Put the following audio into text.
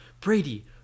Brady